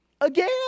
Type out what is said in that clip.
Again